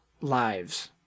lives